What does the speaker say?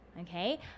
okay